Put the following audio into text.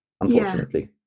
unfortunately